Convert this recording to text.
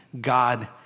God